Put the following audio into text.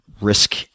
risk